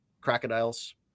crocodiles